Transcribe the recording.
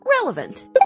Relevant